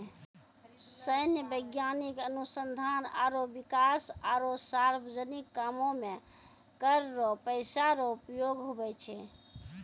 सैन्य, वैज्ञानिक अनुसंधान आरो बिकास आरो सार्वजनिक कामो मे कर रो पैसा रो उपयोग हुवै छै